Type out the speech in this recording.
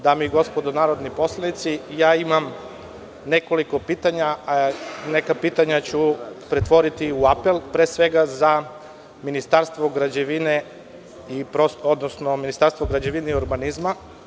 Dame i gospodo narodni poslanici, imam nekoliko pitanja, neka pitanja ću pretvoriti u apel pre svega za Ministarstvo građevine, odnosno Ministarstvo građevine i urbanizma.